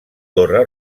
torre